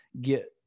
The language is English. get